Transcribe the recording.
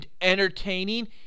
entertaining